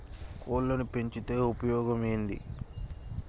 కోళ్లని పెంచితే ఉపయోగం ఏంది?